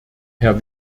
herr